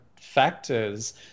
factors